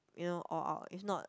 you know all out it's not